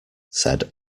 said